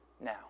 now